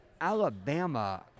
Alabama